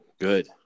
Good